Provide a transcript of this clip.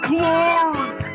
Clark